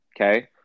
Okay